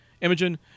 Imogen